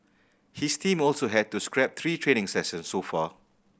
his team also had to scrap three training sessions so far